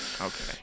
Okay